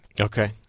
Okay